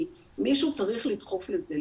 כי מישהו צריך לדחוף לזה,